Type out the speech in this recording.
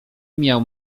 miał